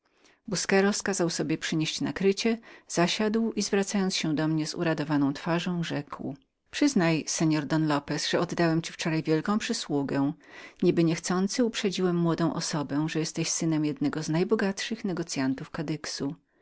busqueros kazał sobie przynieść nakrycie zasiadł i obracając się do mnie z uradowaną twarzą rzekł przyznaj seor don lopez że wybornie popisałem się wczoraj niby niechcący uprzedziłem młodą osobę że jesteś synem jednego z najbogatszych